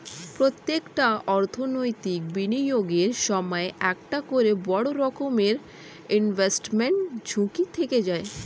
প্রত্যেকটা অর্থনৈতিক বিনিয়োগের সময় একটা করে বড় রকমের ইনভেস্টমেন্ট ঝুঁকি থেকে যায়